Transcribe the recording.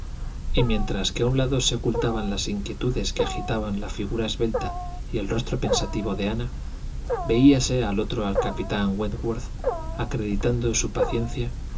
y mientras que a un lado se ocultaban las inquietudes que agitaban la figura esbelta y el rostro pensativo de ana veíase al otro al capitán wentworth acreditando su paciencia